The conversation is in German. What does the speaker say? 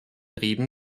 reden